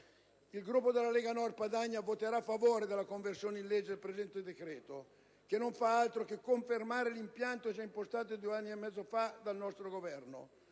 Il Gruppo della Lega Nord Padania voterà a favore della conversione in legge del presente decreto, che non fa altro che confermare l'impianto già impostato due anni e mezzo fa dal nostro Governo,